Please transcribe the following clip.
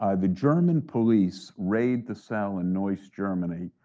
ah the german police raid the cell in neuss, germany,